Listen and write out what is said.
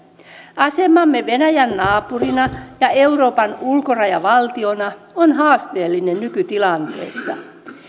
asemamme venäjän naapurina ja euroopan ulkorajavaltiona on haasteellinen nykytilanteessa